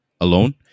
alone